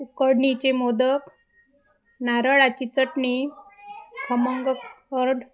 उकडणीचे मोदक नारळाची चटणी खमंग कर्ड